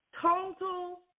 Total